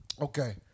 Okay